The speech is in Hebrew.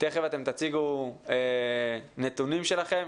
תכף אתם תציגו את הנתונים שלכם